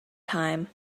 time